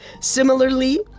Similarly